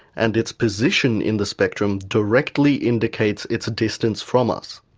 and its position in the spectrum directly indicates its distance from us.